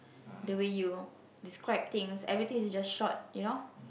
the way you describe things everything is just short you know